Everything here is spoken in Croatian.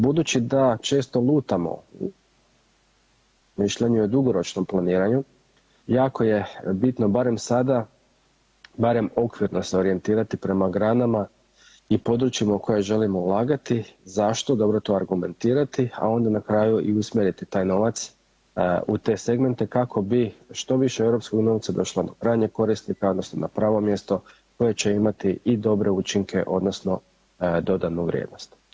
Budući da često lutamo u mišljenju i dugoročnom planiranju, jako je bitno barem sada, barem okvirno se orijentirati prema granama i područjima u koja želimo ulagati, zašto to dobro argumentirati, a onda na kraju i usmjeriti taj novac u te segmente kako bi što više europskog novca došlo do krajnje koristi odnosno na pravo mjesto koje će imati i dobre učinke odnosno dodanu vrijednost.